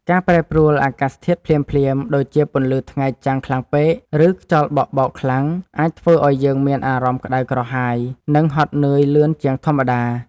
ការប្រែប្រួលអាកាសធាតុភ្លាមៗ ដូចជាពន្លឺថ្ងៃចាំងខ្លាំងពេក ឬខ្យល់បក់បោកខ្លាំង អាចធ្វើឱ្យយើងមានអារម្មណ៍ក្តៅក្រហាយ និងហត់នឿយលឿនជាងធម្មតា។